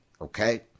okay